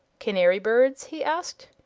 canary-birds? he asked.